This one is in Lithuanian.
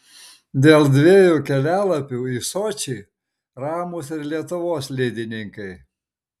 dėl dviejų kelialapių į sočį ramūs ir lietuvos slidininkai